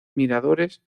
miradores